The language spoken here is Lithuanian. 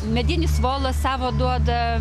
medinis volas savo duoda